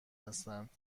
هستند